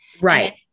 Right